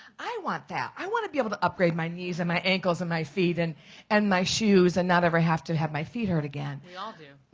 i want that. i want to be able to upgrade my knees and my ankles and my feet and and my shoes and not ever have to have my feet hurt again. aimee we all do.